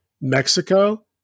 Mexico